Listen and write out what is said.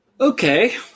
Okay